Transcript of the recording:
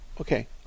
Okay